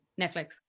Netflix